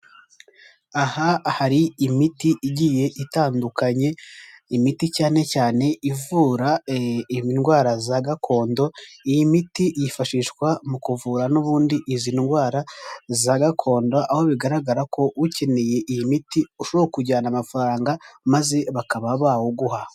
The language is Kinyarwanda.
Aha hari imiti igiye itandukanye, imiti cyane cyane ivura indwara za gakondo, iyi miti yifashishwa mu kuvura n'ubundi izi ndwara za gakondo, aho bigaragara ko ukeneye iyi miti ushobora kujyana amafaranga, maze bakaba bawuguha.